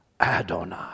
Adonai